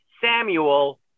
Samuel